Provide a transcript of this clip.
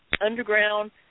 Underground